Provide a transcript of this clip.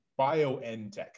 BioNTech